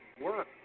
work